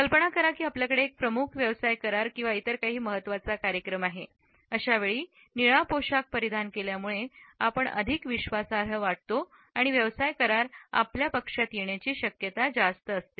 कल्पना करा की आपल्याकडे एक प्रमुख व्यवसाय करार किंवा इतर काही महत्त्वाचा कार्यक्रम आहे अशावेळी निळा पोशाख परिधान केल्यामुळे आपणअधिक विश्वासार्ह वाटतो आणि व्यवसाय करार आपल्या पक्षात येण्याची शक्यता जास्त असते